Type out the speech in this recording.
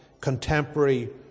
contemporary